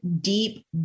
deep